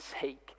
sake